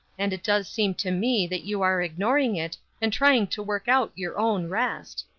and it does seem to me that you are ignoring it, and trying to work out your own rest.